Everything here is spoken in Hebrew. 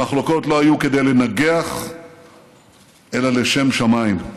המחלוקות לא היו כדי לנגח אלא לשם שמיים.